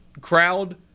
crowd